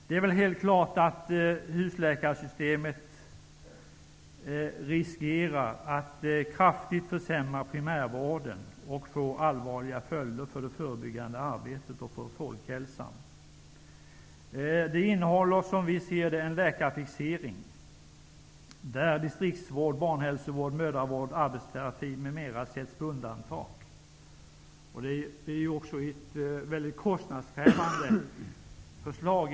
Det är väl alldeles klart att husläkarsystemet riskerar att kraftigt försämra primärvården och att få allvarliga följder för det förebyggande arbetet och för folkhälsan. Det innehåller, som vi ser det, en läkarfixering, där distriktsvård, barnhälsovård, mödravård, arbetsterapi m.m. sätts på undantag. Det är också ett mycket kostnadskrävande förslag.